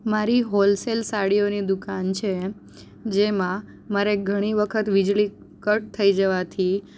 મારી હોલસેલ સાડીઓની દુકાન છે જેમાં મારે ઘણી વખત વીજળી કટ થઈ જવાથી